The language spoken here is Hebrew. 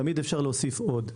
תמיד אפשר להוסיף עוד.